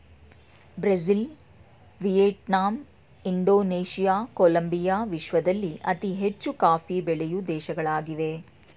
Brazil, Vietnam, Indonesia, Colombia ವಿಶ್ವದಲ್ಲಿ ಅತಿ ಹೆಚ್ಚು ಕಾಫಿ ಬೆಳೆಯೂ ದೇಶಗಳಾಗಿವೆ